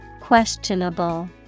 questionable